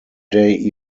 day